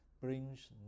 brings